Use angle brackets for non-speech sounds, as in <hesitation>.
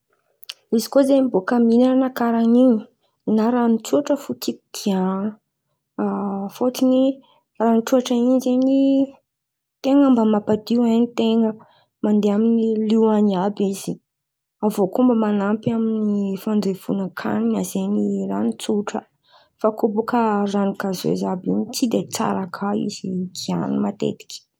Izy koa zen̈y boaka mihin̈a karà in̈y, nin̈à rano tsotra fo no tiako giahana. <hesitation> fôtony rano tsotra in̈y zen̈y <hesitation> ten̈a mba mampadio hain'ny ten̈a. Mandeha amy lio an̈y izy, avô koa mba man̈ampy amy fandevonan-kanina zen̈y ran̈o tsotra. Fa koa baka rano gazezy àby in̈y tsy de tsara kà izy in̈y kà igiahana matetiky.